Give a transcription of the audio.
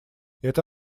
это